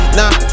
nah